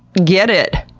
get it!